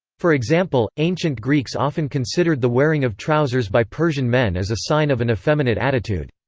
for example, ancient greeks often considered the wearing of trousers by persian men as a sign of an effeminate attitude.